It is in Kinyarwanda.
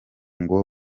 ngo